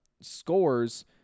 scores